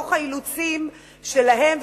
מתוך האילוצים שלהם,